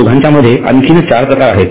या दोघांच्या मध्ये आणखी चार प्रकार आहे